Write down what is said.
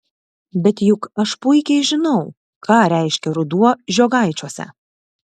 bet juk aš puikiai žinau ką reiškia ruduo žiogaičiuose